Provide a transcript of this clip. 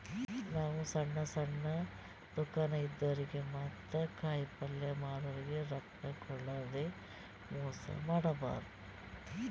ನಾವ್ ಸಣ್ಣ್ ಸಣ್ಣ್ ದುಕಾನ್ ಇದ್ದೋರಿಗ ಮತ್ತ್ ಕಾಯಿಪಲ್ಯ ಮಾರೋರಿಗ್ ರೊಕ್ಕ ಕೋಡ್ಲಾರ್ದೆ ಮೋಸ್ ಮಾಡಬಾರ್ದ್